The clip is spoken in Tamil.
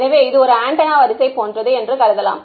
எனவே இது ஒரு ஆண்டெனா வரிசை போன்றது என்று கருதலாம்